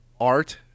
art